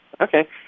Okay